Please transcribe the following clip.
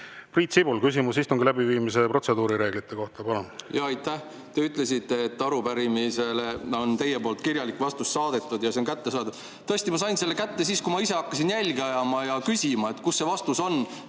Priit Sibul, küsimus istungi läbiviimise protseduuri reeglite kohta. Aitäh! Te ütlesite, et arupärimisele on teie kirjalik vastus [lisatud] ja see on kättesaadav. Tõesti, ma sain selle kätte siis, kui ma ise hakkasin jälgi ajama ja küsima, kus see vastus on.